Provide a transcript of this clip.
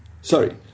sorry